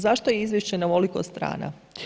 Zašto je izvješće na ovoliko strana?